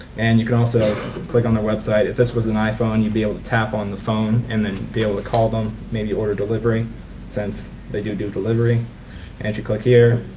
and you can also click on their website, if this was an iphone you'd be able to tap on the phone and then be able to call them maybe order delivery since they do do delivery and you click here